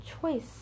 choice